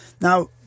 Now